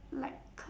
like